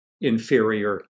inferior